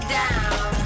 down